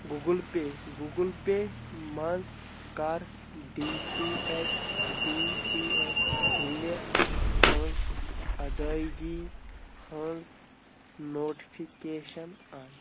Google Pay Google Pay منٛز کَر D T H D T H بِلہِ ہٕنٛز ادٲیگی ہٕنٛز نوٹفِکیشن آن